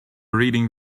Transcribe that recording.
reading